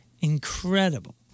incredible